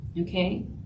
Okay